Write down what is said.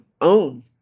own